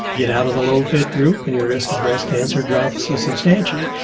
get out of the low-fit group and your risk of breast cancer drops substantially.